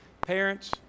parents